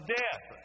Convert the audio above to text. death